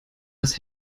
das